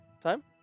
Time